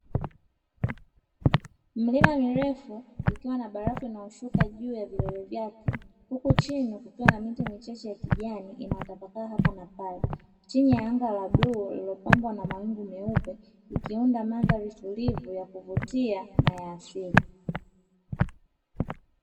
Milima mirefu ikiwa na barafu inayoshuka juu ya vilele vyake. Huku chini kukiwa na miti michache ya kijani inayotapakaa hapa na pale, chini ya anga la bluu lililopambwa na mawimbi meupe ikiunda mandhari tulivu ya kuvutia na ya asili.